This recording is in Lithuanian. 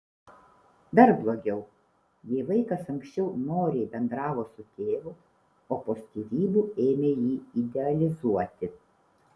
dar blogiau jei vaikas anksčiau noriai bendravo su tėvu o po skyrybų ėmė jį idealizuoti